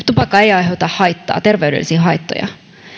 tupakka ei aiheuta terveydellisiä haittoja